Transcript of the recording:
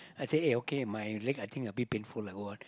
I say eh okay my leg I think a bit painful I go on